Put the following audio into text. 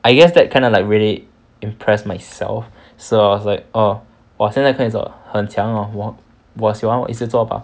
I guess that kinda like really impress myself so I was like oh 我现在可以做很强 hor 我我喜欢一直做吧